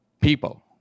people